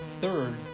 Third